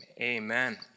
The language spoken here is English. amen